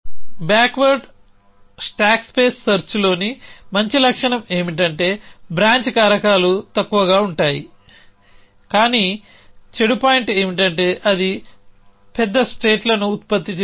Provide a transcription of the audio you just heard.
backward stack space సెర్చ్లోని మంచి లక్షణం ఏమిటంటే బ్రాంచ్ కారకాలు తక్కువగా ఉంటాయి కానీ చెడు పాయింట్ ఏమిటంటే అది పేద స్టేట్లను ఉత్పత్తి చేస్తుంది